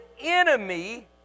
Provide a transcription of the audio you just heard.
enemy